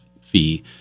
fee